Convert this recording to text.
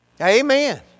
Amen